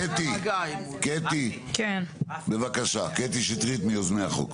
קטי, בבקשה, קטי שטרית, מיוזמי החוק.